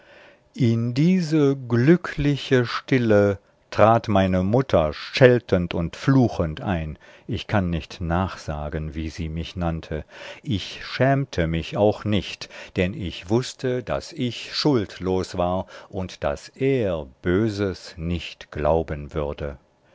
in diese glückliche stille trat meine mutter scheltend und fluchend ein ich kann nicht nachsagen wie sie mich nannte ich schämte mich auch nicht denn ich wußte daß ich schuldlos war und daß er böses nicht glauben würde